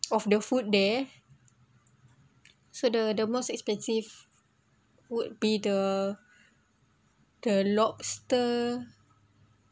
of the food there so the the most expensive would be the the lobster